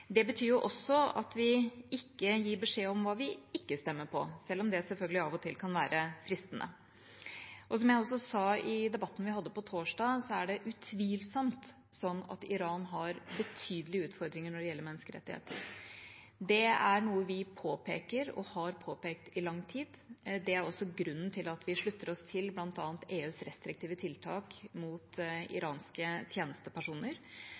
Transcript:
Det betyr også at vi ikke gir beskjed om hva vi ikke stemmer på, selv om det selvfølgelig av og til kan være fristende. Som jeg også sa i debatten vi hadde på torsdag, er det utvilsomt slik at Iran har betydelige utfordringer når det gjelder menneskerettigheter. Det er noe vi påpeker og har påpekt i lang tid. Det er også grunnen til at vi slutter oss til bl.a. EUs restriktive tiltak mot iranske tjenestepersoner.